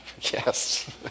yes